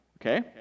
Okay